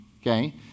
okay